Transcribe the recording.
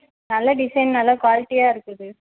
நல்ல டிசைன் நல்ல குவாலிட்டியா இருக்குது